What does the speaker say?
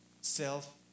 self